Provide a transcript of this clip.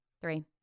three